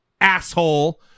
asshole